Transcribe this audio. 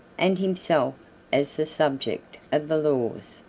and himself as the subject, of the laws.